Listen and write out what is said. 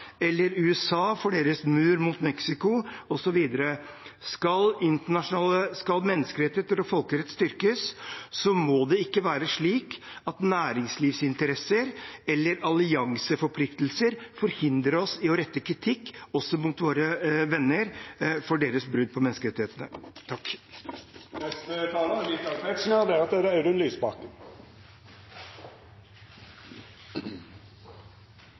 eller mot USA for deres mur mot Mexico, osv. Skal menneskerettigheter og folkerett styrkes, må det ikke være slik at næringslivsinteresser eller allianseforpliktelser hindrer oss i å rette kritikk også mot våre venner for deres brudd på menneskerettighetene. Utover det faktum at representanten Hagen ikke siterte tidligere statsminister Korvald korrekt, var det